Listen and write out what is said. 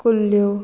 कुल्ल्यो